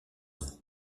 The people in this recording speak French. ans